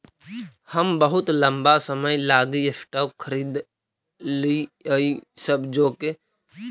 हम बहुत लंबा समय लागी स्टॉक खरीदलिअइ अब जाके हमरा ओकर सही दाम मिललई हे